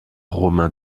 romain